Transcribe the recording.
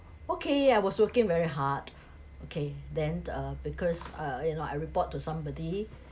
okay I was working very hard okay then uh because uh you know I report to somebody